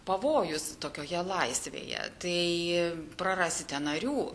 pavojus tokioje laisvėje tai prarasite narių